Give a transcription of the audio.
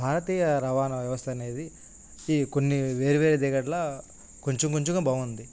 భారతీయ రవాణా వ్యవస్థ అనేది ఈ కొన్ని వేరు వేరు దగ్గర కొంచెం కొంచెంగా బాగుంది